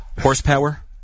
Horsepower